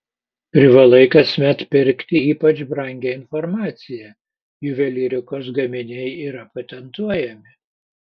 privalai kasmet pirkti ypač brangią informaciją juvelyrikos gaminiai yra patentuojami